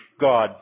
God